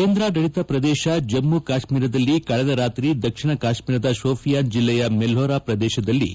ಕೇಂದ್ರಾಡಳಿತ ಪ್ರದೇಶ ಜಮ್ಮ ಕಾಶ್ಮೀರದಲ್ಲಿ ಕಳೆದ ರಾತ್ರಿ ದಕ್ಷಿಣ ಕಾಶ್ಮೀರದ ಶೋಫಿಯಾನ್ ಜಿಲ್ಲೆಯ ಮೆಲ್ವೋರಾ ಪ್ರದೇಶದಲ್ಲಿ